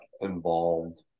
involved